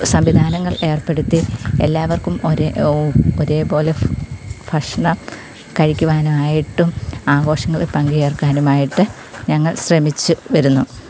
സംവിധാനങ്ങൾ ഏർപ്പെടുത്തി എല്ലാവർക്കും ഒരേ ഒരേ പോലെ ഭക്ഷണം കഴിക്കുവാനായിട്ടും ആഘോഷങ്ങളിൽ പങ്ക് ചേർക്കാനുമായിട്ട് ഞങ്ങൾ ശ്രമിച്ചു വരുന്നു